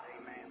Amen